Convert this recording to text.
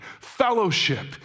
fellowship